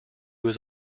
was